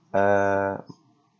uh